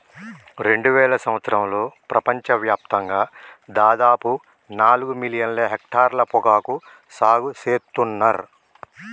రెండువేల సంవత్సరంలో ప్రపంచ వ్యాప్తంగా దాదాపు నాలుగు మిలియన్ల హెక్టర్ల పొగాకు సాగు సేత్తున్నర్